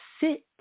sit